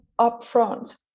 upfront